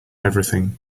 everything